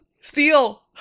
steal